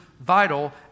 vital